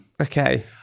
Okay